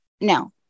Now